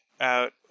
out